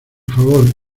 favor